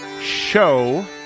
Show